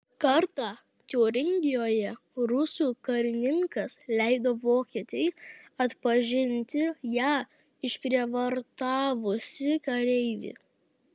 kartą tiuringijoje rusų karininkas leido vokietei atpažinti ją išprievartavusį kareivį